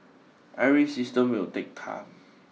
every system will take time